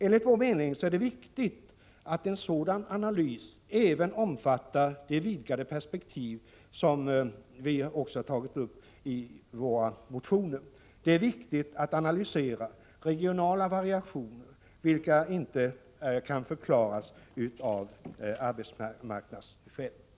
Enligt vår mening är det viktigt att en sådan analys även omfattar de vidgade perspektiv som vi pekat på i våra motioner. Det är också viktigt att analysera regionala variationer, vilka inte kan förklaras med arbetsmarknadsskäl.